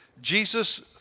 Jesus